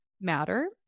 matter